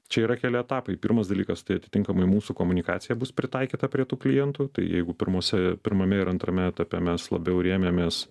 čia yra keli etapai pirmas dalykas tai atitinkamai mūsų komunikacija bus pritaikyta prie tų klientų tai jeigu pirmuose pirmame ir antrame etape mes labiau rėmėmės